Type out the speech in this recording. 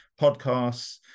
podcasts